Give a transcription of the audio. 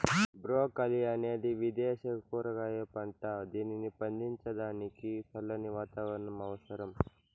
broccoli అనేది విదేశ కూరగాయ పంట, దీనిని పండించడానికి చల్లని వాతావరణం అవసరం